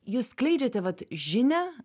jūs skleidžiate vat žinią